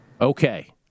Okay